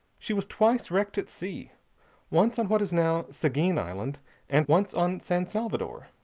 she was twice wrecked at sea once on what is now seguin island and once on san salvador.